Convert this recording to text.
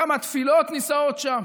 כמה תפילות נישאות שם,